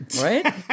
Right